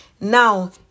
Now